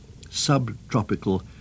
subtropical